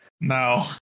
No